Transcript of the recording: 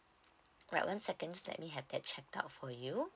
right one second step we have that check out for you